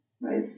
right